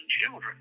children